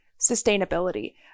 sustainability